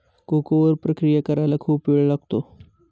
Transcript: cocoa वर प्रक्रिया करायला खूप वेळ लागतो